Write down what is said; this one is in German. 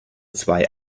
zwei